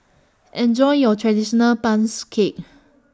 Enjoy your Traditional bangs Cake